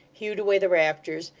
hewed away the rafters,